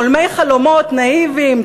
חולמי חלומות נאיבים,